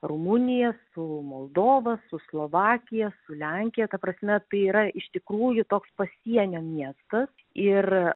rumunija su moldova su slovakija su lenkija ta prasme tai yra iš tikrųjų toks pasienio miestas ir